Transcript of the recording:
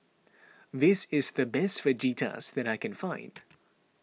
this is the best Fajitas that I can find